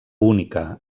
única